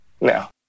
now